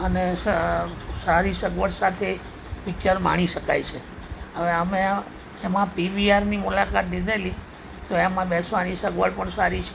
અને સારી સગવડ સાથે પિક્ચર માણી શકાય છે હવે એમાં પિવીઆરની મુલાકાત લીધેલી તો એમાં બેસવાની સગવડ પણ સારી છે